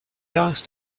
asked